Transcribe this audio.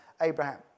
Abraham